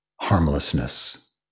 harmlessness